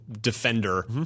defender